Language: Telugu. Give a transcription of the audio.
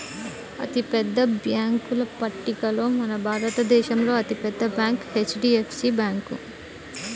అతిపెద్ద బ్యేంకుల పట్టికలో మన భారతదేశంలో అతి పెద్ద బ్యాంక్ హెచ్.డీ.ఎఫ్.సీ బ్యాంకు